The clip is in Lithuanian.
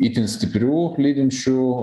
itin stiprių lydinčių